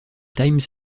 times